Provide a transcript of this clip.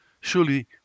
Surely